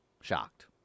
Shocked